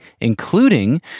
including